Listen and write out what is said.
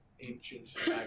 ancient